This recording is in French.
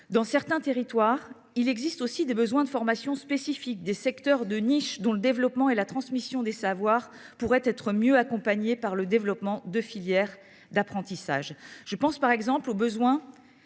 Dans certains territoires, il existe aussi des besoins de formation spécifiques, dans des secteurs de niche. Leur développement et la transmission des savoirs pourraient être mieux accompagnés grâce à des filières d’apprentissage. Je pense ainsi au métier